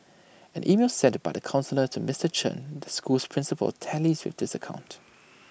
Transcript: an email sent by the counsellor to Mister Chen the school's principal tallies with this account